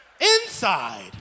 inside